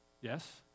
Yes